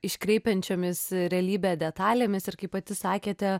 iškreipiančiomis realybę detalėmis ir kaip pati sakėte